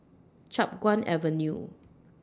Chiap Guan Avenue